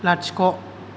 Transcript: लाथिख'